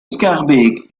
schaerbeek